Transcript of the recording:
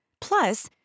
Plus